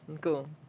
Cool